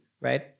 right